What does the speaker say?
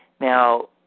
Now